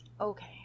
Okay